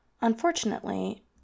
Unfortunately